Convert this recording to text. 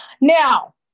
Now